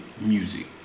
music